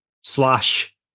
slash